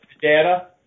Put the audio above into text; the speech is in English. data